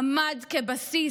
עמד כבסיס.